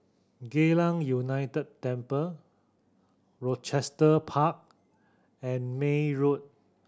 Geylang United Temple Rochester Park and May Road